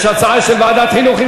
יש הצעה של ועדת חינוך.